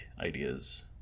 ideas